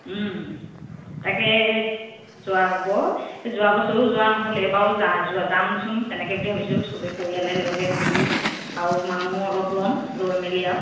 তাকে যোৱা হ'ব এই যোৱা বছৰো যোৱা নহ'ল এইবাৰো যোৱা যামচোন তেনেকৈ বুলি ভাবিছোঁ সবেই পৰিয়ালে লগে মিলি আৰু মানুহ অলপ ল'ম লৈ মেলি আৰু